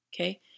Okay